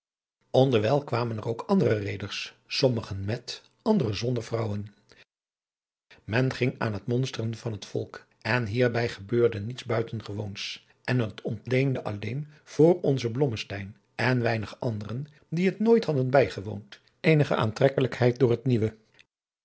onderwijl kwamen er ook andere reeders sommigen met anderen zonder vrouwen men ging aan het monsteren van het volk en hierbij gebeurde niets buitengewoons en het ontleende alleen voor onzen blommesteyn en weinige anderen die het nooit hadden bijgewoond eenige aantrekkelijkheid door het nieuwe